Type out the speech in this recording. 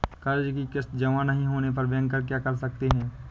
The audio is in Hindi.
कर्ज कि किश्त जमा नहीं होने पर बैंकर क्या कर सकते हैं?